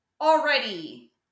Already